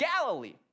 Galilee